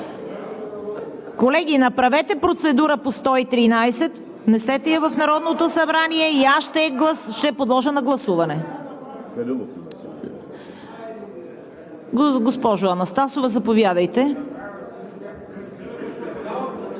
Колеги, направете процедура по чл. 113, внесете я в Народното събрание и аз ще я подложа на гласуване. (Шум и реплики.) Госпожо Анастасова, заповядайте.